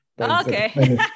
Okay